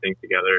together